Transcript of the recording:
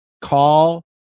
call